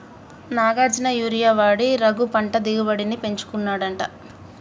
Nagarjuna urea వాడి రఘు పంట దిగుబడిని పెంచుకున్నాడట